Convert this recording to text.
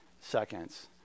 seconds